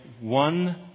one